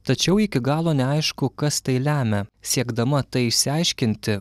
tačiau iki galo neaišku kas tai lemia siekdama tai išsiaiškinti